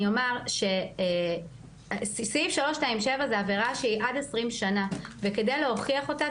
אני אומר שסעיף 327 זה עבירה שהיא עד 20 שנה וכדי להוכיח אותה,